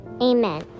Amen